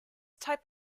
type